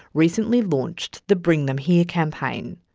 recently launched the bring them here campaign.